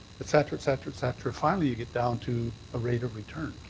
et cetera, et cetera, et cetera. finally you get down to a rate of return.